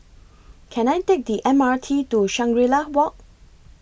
Can I Take The M R T to Shangri La Walk